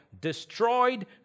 destroyed